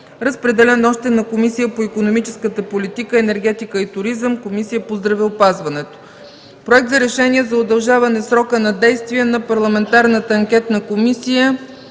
разпределен е още на Комисията по икономическата политика, енергетика и туризъм и на Комисията по здравеопазването; - Проект за решение за удължаване срока на действие на Парламентарната анкетна комисия